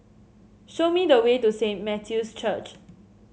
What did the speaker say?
show me the way to Saint Matthew's Church